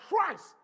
Christ